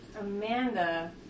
Amanda